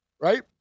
right